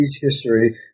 history